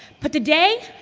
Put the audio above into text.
but today,